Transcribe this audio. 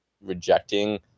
rejecting